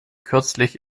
kürzlich